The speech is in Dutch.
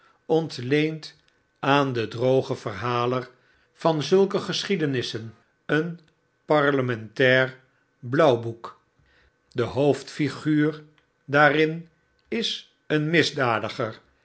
ontleend aan den drogen verhaler van zulke geschiedenissen een parlementair blauwboek de hoofdflguur daann is een misdadiger